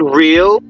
real